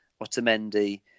Otamendi